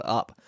up